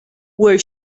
were